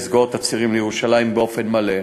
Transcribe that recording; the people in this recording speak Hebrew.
לסגור את הצירים בירושלים באופן מלא,